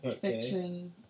fiction